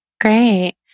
Great